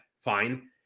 Fine